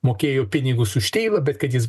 mokėjo pinigus už tėvą bet kad jis